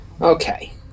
Okay